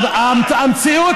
אתה הזוי.